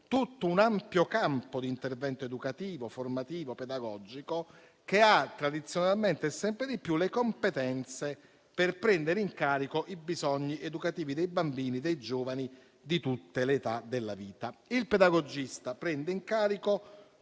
tutto un ampio campo di intervento educativo, formativo, pedagogico che ha tradizionalmente e sempre di più le competenze per prendere in carico i bisogni educativi dei bambini, dei giovani di tutte le età della vita. Il pedagogista prende in carico